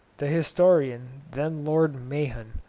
the historian, then lord mahon,